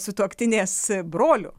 sutuoktinės broliu